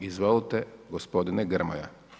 Izvolite gospodine Grmoja.